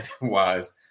wise